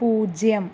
പൂജ്യം